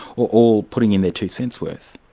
all putting in their two cents worth.